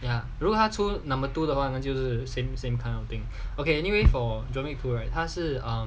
ya 如如他出 number two 的话那就是 same same kind of thing okay anyway for 他是 um